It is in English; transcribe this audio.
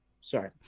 sorry